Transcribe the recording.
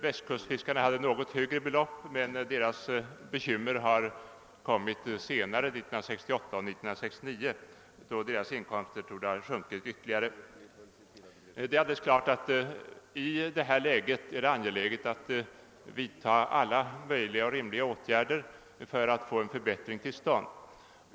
Västkustfiskarna hade något högre belopp, men deras bekymmer har kommit senare, under 1968 och 1969, då deras inkomster torde ha sjunkit ytterligare. Det är alldeles klart att det i detta läge är angeläget att vidta alla möjliga och rimliga åtgärder för att få en förbättring till stånd.